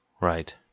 Right